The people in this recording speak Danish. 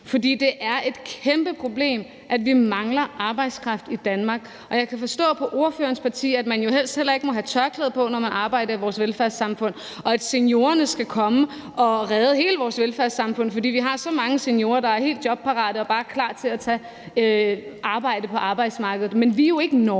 for det er et kæmpeproblem, at vi mangler arbejdskraft i Danmark. Jeg kan forstå på ordførerens parti, at man jo helst heller ikke må have tørklæde på, når man arbejder i vores velfærdssamfund, og at seniorerne skal komme og redde hele vores velfærdssamfund, fordi vi har så mange seniorer, der er helt jobparate og bare klar til at tage et arbejde på arbejdsmarkedet. Men vi er jo ikke Norge.